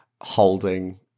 Holding